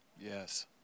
Yes